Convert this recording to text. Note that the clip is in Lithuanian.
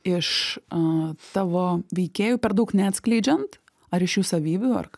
iš a tavo veikėjų per daug neatskleidžiant ar iš jų savybių ar